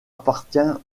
appartient